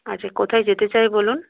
আচ্ছা কোথায় যেতে চায় বলুন